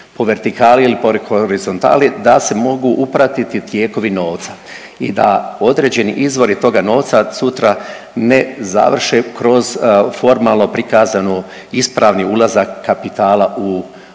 po vertikali ili po horizontali da se mogu upratiti tijekovi novca i da određeni izvori toga novca sutra ne završe kroz formalno prikazanu ispravni ulazak kapitala u RH.